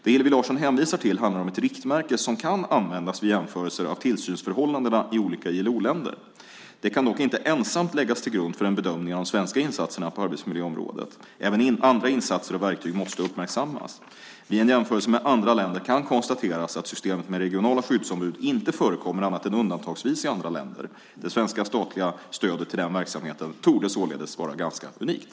Det Hillevi Larsson hänvisar till handlar om ett riktmärke som kan användas vid jämförelser av tillsynsförhållandena i olika ILO-länder. Det kan dock inte ensamt läggas till grund för en bedömning av de svenska insatserna på arbetsmiljöområdet. Även andra insatser och verktyg måste uppmärksammas. Vid en jämförelse med andra länder kan konstateras att systemet med regionala skyddsombud inte förekommer annat än undantagsvis i andra länder. Det svenska statliga stödet till den verksamheten torde således vara ganska unikt.